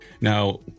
Now